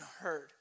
heard